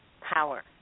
power